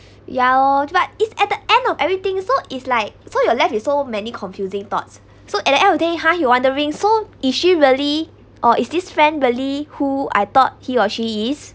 ya oh but is at the end of everything so it's like so you're left with so many confusing thoughts so at the end of day ha you wondering so is she really or is this friend really who I thought he or she is